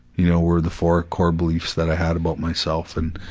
you know, were the four core beliefs that i had about myself, and,